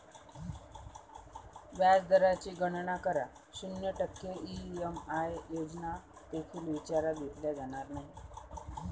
व्याज दराची गणना करा, शून्य टक्के ई.एम.आय योजना देखील विचारात घेतल्या जाणार नाहीत